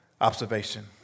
observation